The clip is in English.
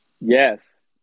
Yes